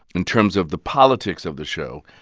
in terms of the politics of the show,